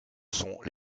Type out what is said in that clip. sont